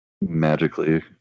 magically